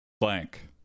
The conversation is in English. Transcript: blank